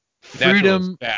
freedom